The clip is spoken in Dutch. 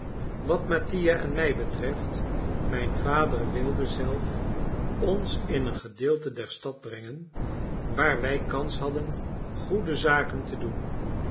wat mattia en mij betreft mijn vader wilde zelf ons in een gedeelte der stad brengen waar wij kans hadden goede zaken te doen